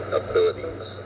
abilities